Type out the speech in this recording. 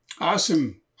Awesome